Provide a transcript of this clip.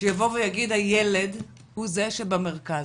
שיבוא ויגיד הילד הוא זה שבמרכז,